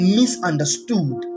misunderstood